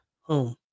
home